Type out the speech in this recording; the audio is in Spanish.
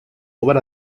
obra